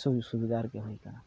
ᱥᱩᱡᱳᱜᱽ ᱥᱩᱵᱤᱫᱷᱟ ᱟᱨᱠᱤ ᱦᱩᱭ ᱠᱟᱱᱟ